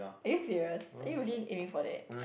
are you serious are you really aiming for that